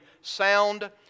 sound